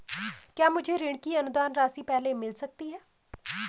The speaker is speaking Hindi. क्या मुझे ऋण की अनुदान राशि पहले मिल सकती है?